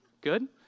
Good